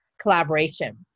collaboration